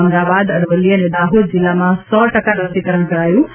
અમદાવાદ અરવલ્લી અને દાહોદ જિલ્લામાં સો ટકા રસીકરણ કરાયું હતું